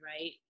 right